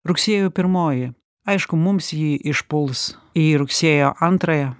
rugsėjo pirmoji aišku mums jį išpuls į rugsėjo antrąją